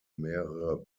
mehrere